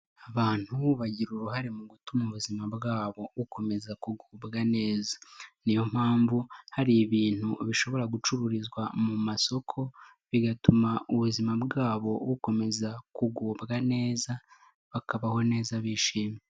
Abantu bagira uruhare mu gutuma ubuzima bwabo bukomeza kugubwa neza, niyo mpamvu hari ibintu bishobora gucururizwa mu masoko, bigatuma ubuzima bwabo bukomeza kugubwa neza, bakabaho neza bishimye.